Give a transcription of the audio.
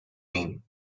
name